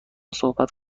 صحبت